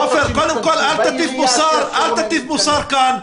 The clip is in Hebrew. אל תטיף מוסר כאן.